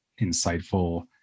insightful